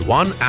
one